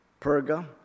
Perga